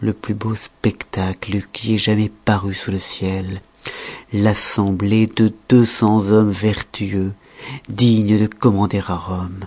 le plus beau spectacle qui ait jamais paru sous le ciel l'assemblée de deux cents hommes vertueux dignes de commander à rome